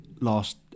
last